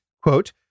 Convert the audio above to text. quote